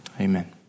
amen